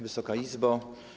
Wysoka Izbo!